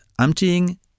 emptying